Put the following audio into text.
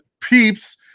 peeps